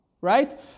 right